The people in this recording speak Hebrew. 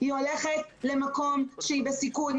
היא הולכת למקום שבו היא בסיכון,